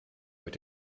mit